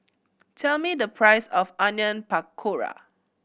tell me the price of Onion Pakora